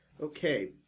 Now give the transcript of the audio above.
Okay